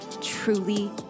truly